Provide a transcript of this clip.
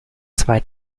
zwei